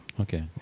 Okay